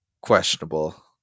questionable